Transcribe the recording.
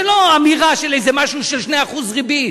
זה לא אמירה של איזה משהו של 2% ריבית.